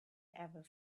ever